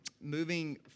moving